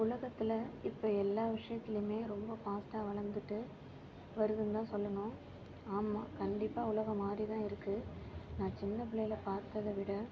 உலகத்தில் இப்போது எல்லா விஷயத்திலயுமே ரொம்ப ஃபாஸ்டாக வளர்ந்துட்டு வருதுன்தான் சொல்லணும் ஆமாம் கண்டிப்பாக உலக மாதிரிதா இருக்குது நான் சின்ன பிள்ளையில பார்த்ததவிட